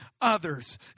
others